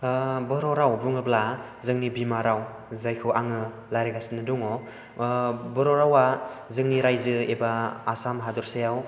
बर' राव बुङोब्ला जोंनि बिमा राव जायखौ आङो रायज्लायगासिनो दङ बर' रावा जोंनि रायजो एबा आसाम हादरसायाव